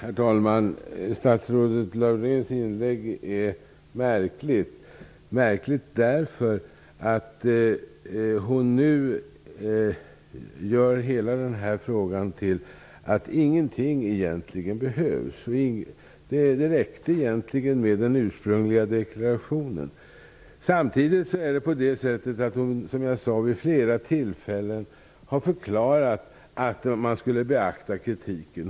Herr talman! Statsrådet Lauréns inlägg är märkligt därför att hon nu gör om hela frågan till att ingenting egentligen behövs. Det räckte egentligen med den ursprungliga deklarationen. Samtidigt har hon vid flera tillfällen förklarat att man skulle beakta kritiken.